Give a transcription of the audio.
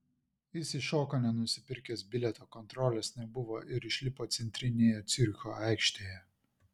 jis įšoko nenusipirkęs bilieto kontrolės nebuvo ir išlipo centrinėje ciuricho aikštėje